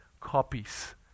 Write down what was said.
copies